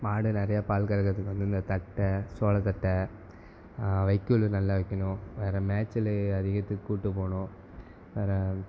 மாடு நிறையா பால் கறக்கறதுக்கு வந்து இந்த தட்டை சோள தட்டை வைக்கோல் நல்ல வைக்கணும் வேறு மேய்ச்சலு அதிகத்துக்கு கூட்டு போகணும் வேறு